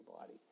body